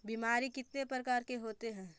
बीमारी कितने प्रकार के होते हैं?